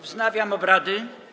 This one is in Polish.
Wznawiam obrady.